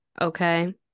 Okay